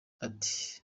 ati